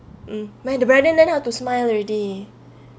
um my the brother learn how to smile already